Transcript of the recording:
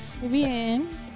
Bien